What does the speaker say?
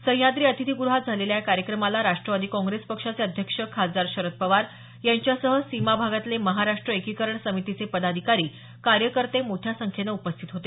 सह्याद्री अतिथिगृहात झालेल्या या कार्यक्रमाला राष्ट्रवादी काँग्रेस पक्षाचे अध्यक्ष खासदार शरद पवार यांच्यासह सीमा भागातील महाराष्ट्र एकीकरण समितीचे पदाधिकारी कार्यकर्ते मोठ्या संख्येनं उपस्थित होते